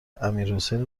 امیرحسین